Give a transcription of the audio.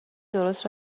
درست